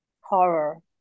Horror